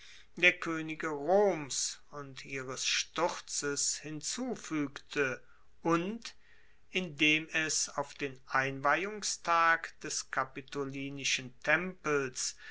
der koenige roms und ihres sturzes hinzufuegte und indem es auf den einweihungstag des kapitolinischen tempels